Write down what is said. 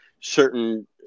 certain